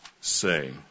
Say